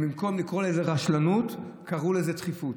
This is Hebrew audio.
במקום לקרוא לזה "רשלנות", קראו לזה "דחיפות".